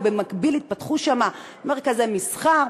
ובמקביל התפתחו שם מרכזי מסחר,